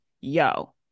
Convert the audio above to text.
yo